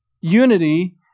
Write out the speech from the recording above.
unity